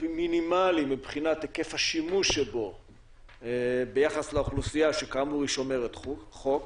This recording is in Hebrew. מינימלי מבחינת היקף השימוש שבו ביחס לאוכלוסייה שכאמור היא שומרת חוק,